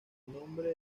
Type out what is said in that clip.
nombre